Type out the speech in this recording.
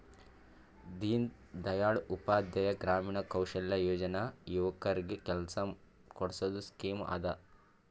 ದೀನ್ ದಯಾಳ್ ಉಪಾಧ್ಯಾಯ ಗ್ರಾಮೀಣ ಕೌಶಲ್ಯ ಯೋಜನಾ ಯುವಕರಿಗ್ ಕೆಲ್ಸಾ ಕೊಡ್ಸದ್ ಸ್ಕೀಮ್ ಅದಾ